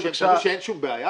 אמרו שאין אף בעיה?